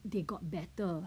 they got better